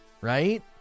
right